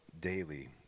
daily